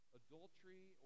adultery